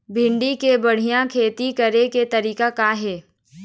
भिंडी के बढ़िया खेती करे के तरीका का हे?